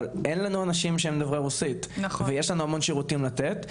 אבל אין לנו אנשים שהם דוברי רוסית ויש לנו המון שירותים לתת.